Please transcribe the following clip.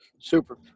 Super